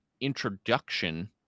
introduction